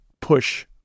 push